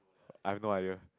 I have no idea